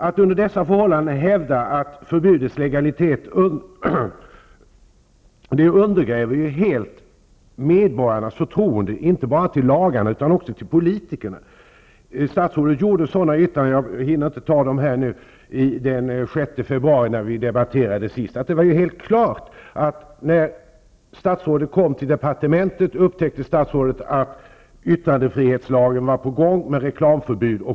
Att under dessa förhållanden hävda förbudets legalitet undergräver helt medborgarnas förtroende, inte bara för lagarna utan också för politikerna. Den 6 februari, när vi senast diskuterade denna fråga, yttrade statsrådet att det var helt klart att statsrådet, när hon kom till departementet, upptäckte att yttrandefrihetslagen var på gång och att det skulle införas ett reklamförbud.